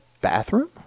Bathroom